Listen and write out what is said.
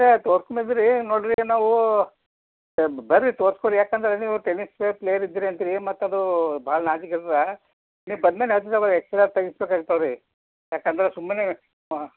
ನೋಡಿ ಬೀ ನಾವು ಬರ್ರಿ ತೋರ್ಸ್ಕೊರಿ ಯಾಕಂದ್ರೆ ನೀವು ಟೆನ್ನಿಸ್ ಬೆ ಪ್ಲೇಲಿದ್ದೀರಿ ಅಂತೀರಿ ಏನು ಮತ್ತು ಅದು ಭಾಳ ನಾಜುಕ್ ನೀವು ಬಂದ್ಮೇಲೆ ತೆಗಿಸಿ ಬೇಕಾಯ್ತವ ರೀ ಯಾಕಂದ್ರೆ ಸುಮ್ನೆ